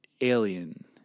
alien